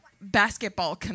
basketball